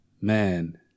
man